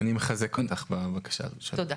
אני מחזק אותך בבקשה הזאת שלך.